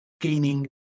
gaining